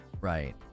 right